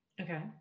okay